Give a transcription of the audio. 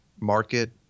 market